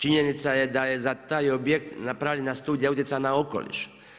Činjenica je da je za taj objekt napravljena studija utjecaja na okoliš.